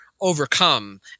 overcome